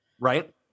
Right